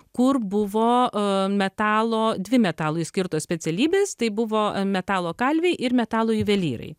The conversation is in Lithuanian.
kur buvo a metalo dvi metalui skirtos specialybės tai buvo metalo kalviai ir metalo juvelyrai